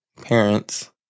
parents